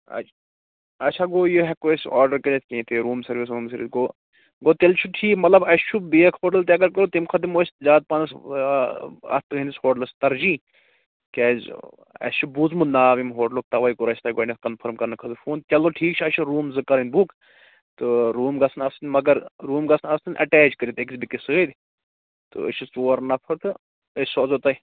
اچھ اچھا گوٚو یہِ ہیٚکِو أسۍ آرڈَر کٔرِتھ کیٚنٛہہ تہِ روٗم سٔروِس ووٗم سٔروِس گوٚو گوٚو تیٚلہِ چھُ ٹھیٖک مَطلَب اسہِ چھُ بیٚیہِ ہوٹَل تہِ اگر کوٚر تَمہِ کھۅتہٕ دِمو أسۍ زیاد پَہمس اَتھ پرٛنِس ہوٹلَس تَرجیع کیٛاز اسہِ چھُ بوٗزمُت ناو اَمہِ ہوٹلُک تَوَے کوٚر اسہِ تۅہہِ گۅڈنیٚتھ کَنفٕرٕم کَرنہٕ خٲطرٕ فون چلو ٹھیٖک چھُ اسہِ چھِ روٗم زٕ کَرٕنۍ بُک تہٕ روٗم گَژھَن آسٕنۍ مگر روٗم گَژھَن آسٕنۍ ایٚٹیچ کٔرِتھ أکِس بیٚیس سۭتۍ تہٕ أسۍ چھِ ژور نَفر تہٕ أسۍ سوزَو تُہۍ